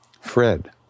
Fred